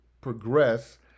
progress